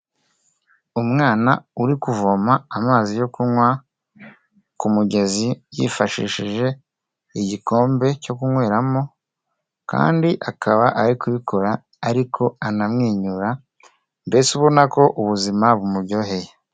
Umwana uri kuvoma amazi yo kunywa ku mugezi yifashishije igikombe cyo kunyweramo kandi akaba ari kubikora ari ko anamwenyura, mbese ubona ko ubuzima bumuryoheye.